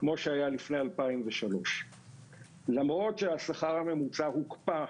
כמו שהיה לפני 2003. למרות שהשכר הממוצע הוקפא,